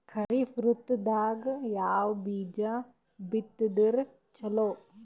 ಖರೀಫ್ ಋತದಾಗ ಯಾವ ಬೀಜ ಬಿತ್ತದರ ಚಲೋ?